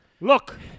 Look